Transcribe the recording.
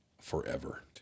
forever